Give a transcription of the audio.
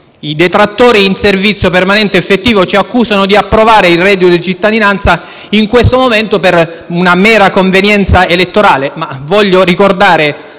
I detrattori in servizio permanente effettivo ci accusano di approvare il reddito di cittadinanza in questo momento per una mera convenienza elettorale,